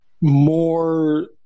more